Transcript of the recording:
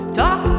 talk